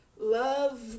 Love